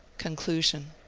conclusion